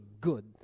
good